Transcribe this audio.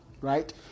right